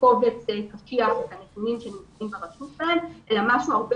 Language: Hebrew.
קובץ קשיח את הנתונים שנמצאים ברשות אלא משהו הרבה